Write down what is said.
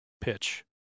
pitch